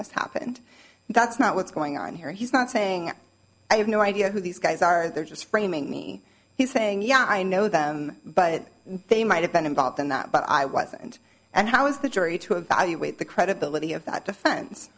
this happened that's not what's going on here he's not saying i have no idea who these guys are they're just framing me he's saying yeah i know them but they might have been involved in that but i wasn't and how is the jury to evaluate the credibility of